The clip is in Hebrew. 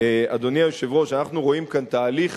אדוני היושב-ראש, אנחנו רואים כאן תהליך